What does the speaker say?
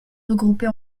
regroupés